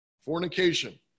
fornication